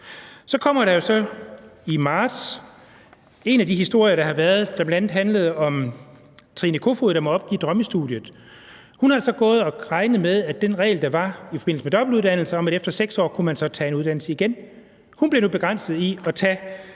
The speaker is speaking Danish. Så kommer der jo så i marts en af de historier, der har været, som bl.a. handlede om Trine Kofod, der må opgive drømmestudiet. Hun havde så gået og regnet med den regel, der var i forbindelse med dobbeltuddannelse, nemlig at man efter 6 år kunne tage en uddannelse igen. Hun blev nu begrænset i at tage